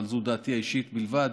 אבל זו דעתי האישית בלבד,